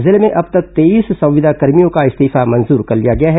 जिले में अब तक तेईस संविदाकर्मियों का इस्तीफा मंजूर कर लिया गया है